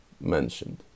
mentioned